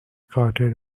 coated